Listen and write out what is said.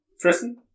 Tristan